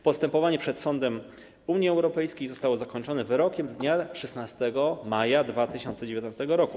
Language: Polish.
Postępowanie przed sądem Unii Europejskiej zostało zakończone wyrokiem z dnia 16 maja 2019 r.